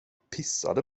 pissade